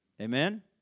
Amen